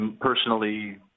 personally